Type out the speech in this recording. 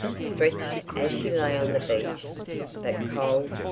stretched as she lay on the beach but cold,